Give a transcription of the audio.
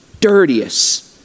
dirtiest